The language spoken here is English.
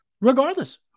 regardless